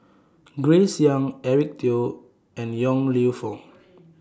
Grace Young Eric Teo and Yong Lew Foong